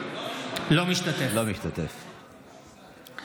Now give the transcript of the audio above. אינו משתתף בהצבעה